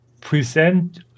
present